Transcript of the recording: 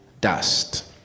dust